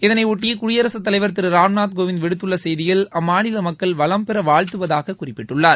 இதனையொட்டி குடியரகத் தலைவர் திரு ராம்நாத் கேிவிந்த் விடுத்துள்ள செய்தியில் அம்மாநில மக்கள் வளம்பெற வாழ்த்துவதாகக் குறிப்பிட்டுள்ளார்